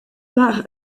part